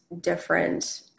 different